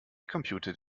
computed